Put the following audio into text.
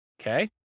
Okay